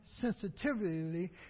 sensitively